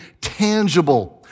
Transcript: tangible